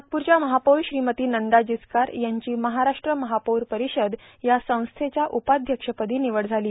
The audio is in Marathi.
नागपूरच्या महापौर श्रीमती नंदा जिचकार यांची महाराष्ट्र महापौर परिषद या संस्थेच्या उपाध्यक्षपदी निवड झाली